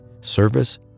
service